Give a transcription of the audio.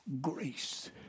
Grace